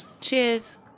cheers